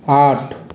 आठ